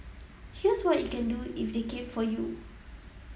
here's what you can do if they came for you